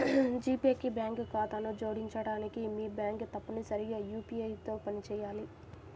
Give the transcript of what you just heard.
G pay కి bank ఖాతాను జోడించడానికి, మీ బ్యాంక్ తప్పనిసరిగా యూ.పీ.ఐ తో పనిచేయాలి